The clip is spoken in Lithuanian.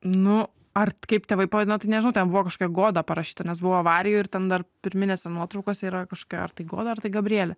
nu ar kaip tėvai pavadino tai nežinau ten buvo kažkokia goda parašyta nes buvau avarijoj ir ten dar pirminės nuotraukose yra kažkokia tai ar tai goda ar tai gabrielė